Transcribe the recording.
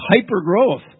hyper-growth